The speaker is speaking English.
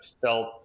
felt